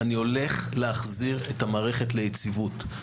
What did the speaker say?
אני הולך להחזיר את המערכת ליציבות,